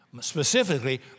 Specifically